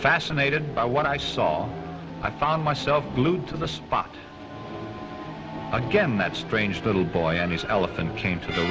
fascinated by what i saw i found myself blue to the spot again that strange the little boy and his elephant came to the